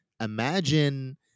Imagine